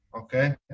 okay